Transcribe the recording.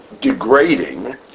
degrading